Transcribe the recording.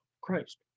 Christ